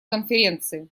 конференции